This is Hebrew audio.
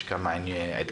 יש כמה עדכונים.